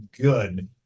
good